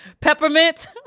Peppermint